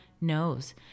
knows